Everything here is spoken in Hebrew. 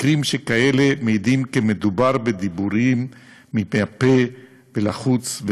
מקרים שכאלה מעידים כי מדובר בדיבורים מהפה ולחוץ,